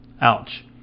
Ouch